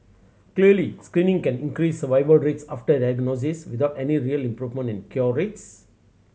clearly screening can increase survival rates after diagnosis without any real improvement in cure rates